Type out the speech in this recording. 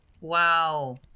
wow